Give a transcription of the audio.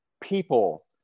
people